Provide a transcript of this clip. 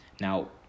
Now